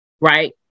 right